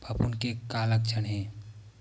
फफूंद के का लक्षण हे?